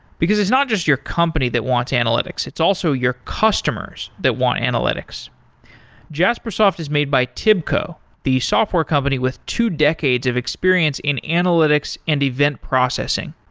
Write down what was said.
because it's not just your company that wants analytics, it's also your customers that want analytics jaspersoft is made by tibco, the software company with two decades of experience in analytics and event processing.